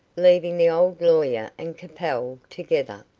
leaving the old lawyer and capel together.